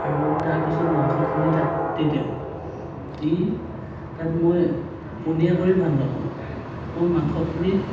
আৰু তাৰপিছত মাংসখিনি তাত দি দিওঁ দি তাত মই পনীয়া কৰি ভাল নাপাওঁ মই মাংসখিনি